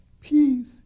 Peace